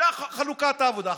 זו חלוקת העבודה.